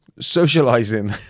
socializing